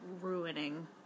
ruining